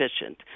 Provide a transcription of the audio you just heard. efficient